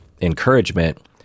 encouragement